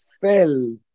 fell